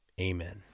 Amen